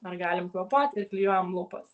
ar galim kvėpuot ir klijuojam lūpas